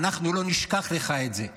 אנחנו לא נשכח לך את זה,